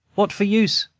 what for use?